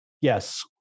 Yes